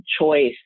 choice